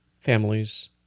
families